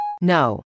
No